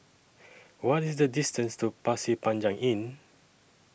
What IS The distance to Pasir Panjang Inn